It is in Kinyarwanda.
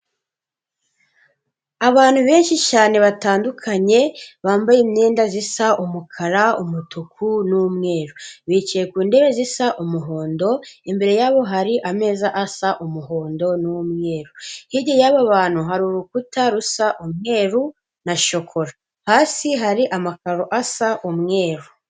Abantu benshi cyane batandukanye, bambaye imyenda zisa umukara, umutuku n'umweru. Bicaye ku ntebe zisa umuhondo, imbere yabo hari ameza asa umuhondo n'umweru. Hirya y'abo bantu hari urukuta rusa umweru na shokora, hasi hari amakaro asa umweru.